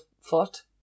foot